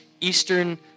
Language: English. Eastern